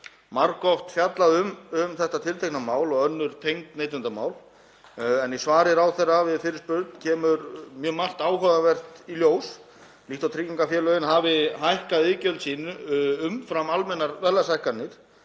margoft fjallað um þetta tiltekna mál og önnur tengd neytendamál, en í svari ráðherra við fyrirspurn kemur mjög margt áhugavert í ljós líkt og að tryggingafélögin hafi hækkað iðgjöld sínu umfram almennar verðlagshækkanir.